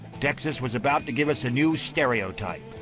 texas was about to give us a new stereotype,